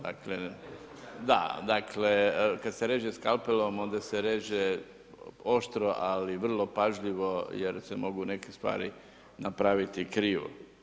Dakle, kad se reže skalpelom, onda se reže oštro, ali vrlo pažljivo jer se mogu neke stvari napraviti krivo.